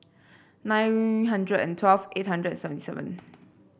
nine hundred and twelve eight hundred and seventy seven